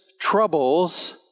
troubles